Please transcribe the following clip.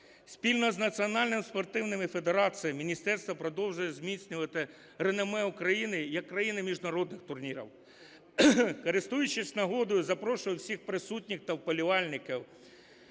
Спільно з національними спортивними федераціями міністерство продовжує зміцнювати реноме України як країни міжнародних турнірів. Користуючись нагодою, запрошую усіх присутніх та вболівальників